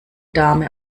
dame